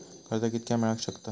कर्ज कितक्या मेलाक शकता?